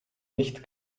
nicht